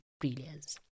brilliance